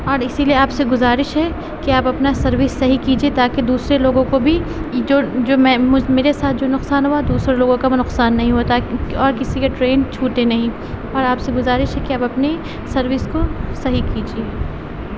اور اسی لیے آپ سے گزارش ہے کہ آپ اپنا سروس صحیح کیجیے تاکہ دوسرے لوگوں کو بھی جو جو میں میرے ساتھ جو نقصان ہوا دوسرے لوگوں کا وہ نقصان نہیں ہوتا اور کسی کا ٹرین چھوٹے نہیں اور آپ سے گزارش ہے کہ آپ اپنی سروس کو صحیح کیجیے